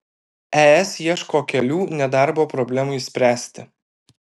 es ieško kelių nedarbo problemai spręsti